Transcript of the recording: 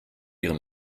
ihren